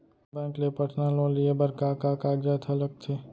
Bank ले personal loan लेये बर का का कागजात ह लगथे?